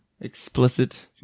explicit